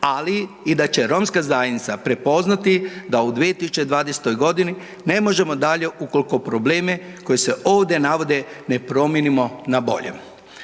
ali i da će Romska zajednica prepoznati da u 2020. godini ne možemo dalje ukoliko probleme koji se ovdje navode ne promijenimo na bolje.